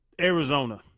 Arizona